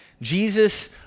Jesus